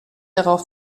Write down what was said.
darauf